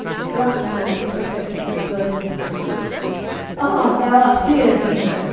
serapion, at this spectacle, burst into fury ah, thou art here, demon!